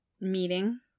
meeting